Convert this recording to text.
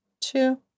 two